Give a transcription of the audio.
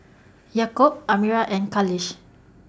Yaakob Amirah and Khalish